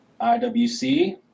IWC